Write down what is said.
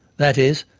that is,